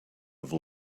have